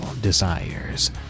desires